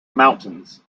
mountains